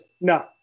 no